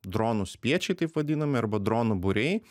dronų spiečiai taip vadinami arba dronų būriai